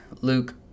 Luke